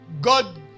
God